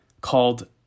called